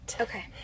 Okay